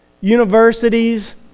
universities